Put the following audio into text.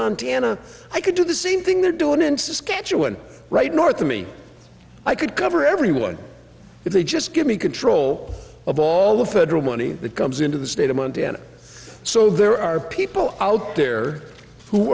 montana i could do the same thing there do an instance catch a one right north of me i could cover everyone if they just give me control of all the federal money that comes into the state of montana so there are people out there who